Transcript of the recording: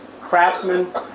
craftsman